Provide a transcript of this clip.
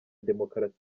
demokarasi